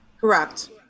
Correct